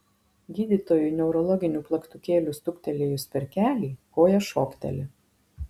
gydytojui neurologiniu plaktukėliu stuktelėjus per kelį koja šokteli